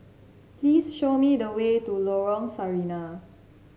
please show me the way to Lorong Sarina